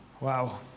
Wow